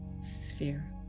sphere